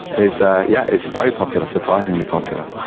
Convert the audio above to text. it's ah yeah it's very popular, surprisingly popular.